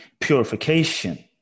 purification